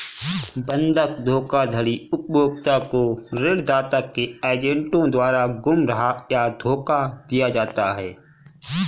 बंधक धोखाधड़ी उपभोक्ता को ऋणदाता के एजेंटों द्वारा गुमराह या धोखा दिया जाता है